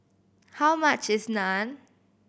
how much is Naan